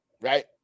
right